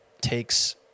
takes